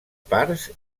parts